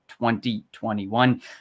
2021